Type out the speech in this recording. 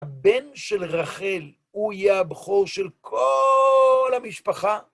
הבן של רחל הוא יהיה הבכור של כל המשפחה.